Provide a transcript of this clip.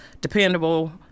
dependable